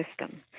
system